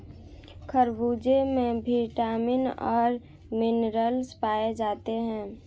खरबूजे में विटामिन और मिनरल्स पाए जाते हैं